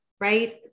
Right